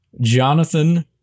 Jonathan